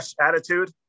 attitude